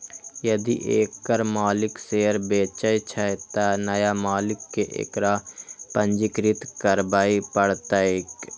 यदि एकर मालिक शेयर बेचै छै, तं नया मालिक कें एकरा पंजीकृत करबय पड़तैक